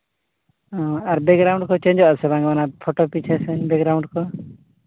ᱟᱨ background ᱠᱚ ᱪᱮᱧᱡᱚᱡᱚᱜ ᱟᱥᱮ ᱵᱟᱝ ᱚᱱᱟ ᱯᱷᱳᱴᱳ ᱯᱤᱪᱷᱮ ᱥᱮᱫ ᱵᱮᱠᱜᱨᱟᱣᱩᱱᱰ ᱠᱚ